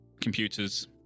computers